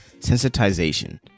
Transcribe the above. sensitization